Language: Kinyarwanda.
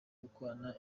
gukorana